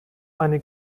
eine